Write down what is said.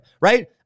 right